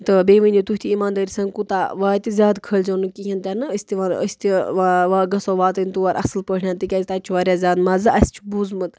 تہٕ بیٚیہِ ؤنِو تُہۍ تہِ ایٖماندٲری سان کوٗتاہ واتہِ زیادٕ کھٲلۍزیو نہٕ کِہیٖنۍ تہِ نہٕ أسۍ تہِ وَن أسۍ تہِ وَ وا گَژھو واتٕنۍ تور اَصٕل پٲٹھۍ تِکیازِ تَتہِ چھُ واریاہ زیادٕ مَزٕ اَسہِ چھُ بوٗزمُت